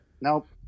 Nope